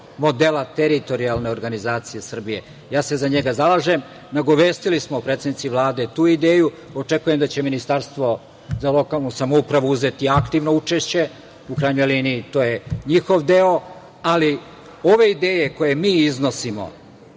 modela teritorijalne organizacije Srbije. Ja se za njega zalažem. Nagovestili smo predsednici Vlade tu ideju. Očekujem da će Ministarstvo za lokalnu samoupravu uzeti aktivno učešće. U krajnjoj liniji, to je njihov deo, ali ove ideje koje mi iznosimo